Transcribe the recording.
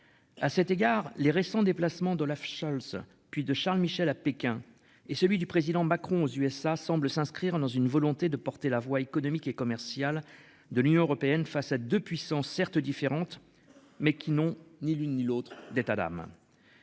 À cet égard les récents déplacement d'Olaf Scholz puis de Charles Michel à Pékin et celui du président Macron aux USA semble s'inscrire dans une volonté de porter la voix économique et commercial de l'Union européenne face à de puissants certes différentes mais qui n'ont ni l'une ni l'autre d'état d'âme.